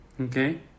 Okay